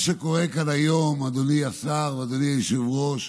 מה שקורה כאן היום, אדוני השר, אדוני היושב-ראש,